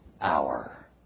hour